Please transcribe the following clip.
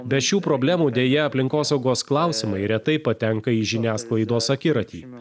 be šių problemų deja aplinkosaugos klausimai retai patenka į žiniasklaidos akiratį